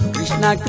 Krishna